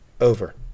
over